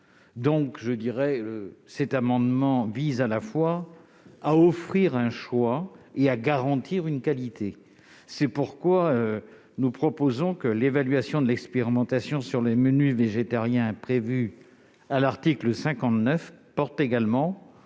qualité globale. Cet amendement vise à la fois à offrir un choix et à garantir une qualité. C'est pourquoi nous proposons que l'évaluation de l'expérimentation sur les menus végétariens, prévue à l'article 59, outre le